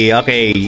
okay